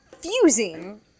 fusing